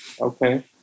Okay